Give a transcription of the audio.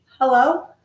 Hello